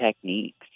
techniques